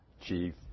chief